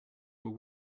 were